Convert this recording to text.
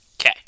Okay